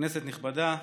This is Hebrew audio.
כנסת נכבדה,